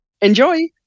Enjoy